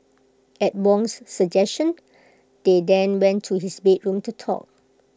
at Wong's suggestion they then went to his bedroom to talk